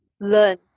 learn